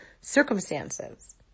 circumstances